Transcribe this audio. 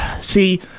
see